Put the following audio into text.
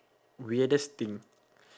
weirdest thing